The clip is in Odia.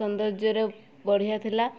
ସୌନ୍ଦର୍ଯ୍ୟରେ ବଢ଼ିଆ ଥିଲା